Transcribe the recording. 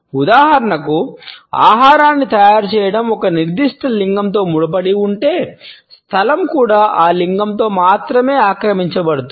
ఉదాహరణకు ఆహారాన్ని తయారుచేయడం ఒక నిర్దిష్ట లింగంతో ముడిపడి ఉంటే స్థలం కూడా ఆ లింగంతో మాత్రమే ఆక్రమించబడుతుంది